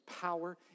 power